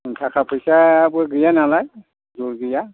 ओं थाखा फैसाबो गैया नालाय जेबो गैया